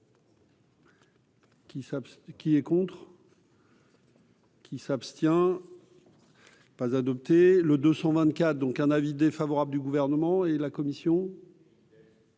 qui est contre. Qui s'abstient. Pas adopté le 224 donc un avis défavorable du gouvernement et la commission.